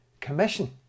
commission